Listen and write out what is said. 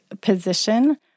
position